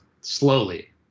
slowly